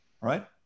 Right